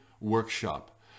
workshop